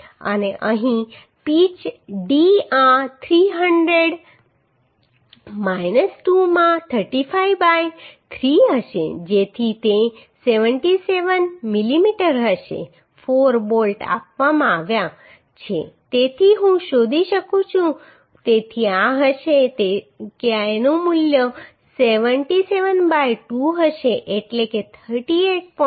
અને અહીં pitch D આ 300 2 માં 35 બાય 3 હશે જેથી તે 77 મિલીમીટર હશે 4 બોલ્ટ આપવામાં આવ્યા છે તેથી હું શોધી શકું છું તેથી આ હશે તેથી આ મૂલ્ય 77 બાય 2 હશે એટલે કે 38